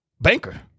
banker